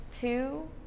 two